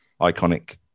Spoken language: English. iconic